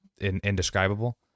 Indescribable